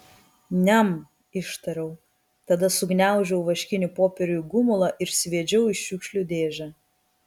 niam ištariau tada sugniaužiau vaškinį popierių į gumulą ir sviedžiau į šiukšlių dėžę